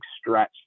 stretch